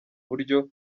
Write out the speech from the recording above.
buryo